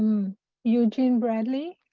eugene bradley,